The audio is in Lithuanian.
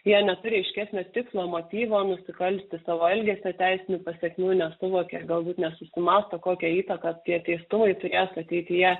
jie neturi aiškesnio tikslo motyvo nusikalsti savo elgesio teisinių pasekmių nesuvokia galbūt nesusimąsto kokią įtaką tie teistumai turės ateityje